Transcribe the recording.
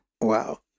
Wow